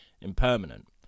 impermanent